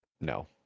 No